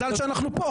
מזל שאנחנו פה.